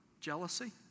Jealousy